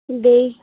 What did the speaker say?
بیٚیہِ